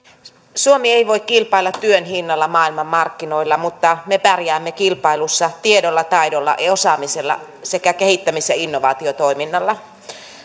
suomi ei voi kilpailla työn hinnalla maailmanmarkkinoilla mutta me pärjäämme kilpailussa tiedolla taidolla ja osaamisella sekä kehittämis ja innovaatiotoiminnalla